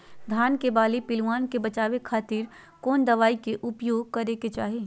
धान के बाली पिल्लूआन से बचावे खातिर कौन दवाई के उपयोग करे के चाही?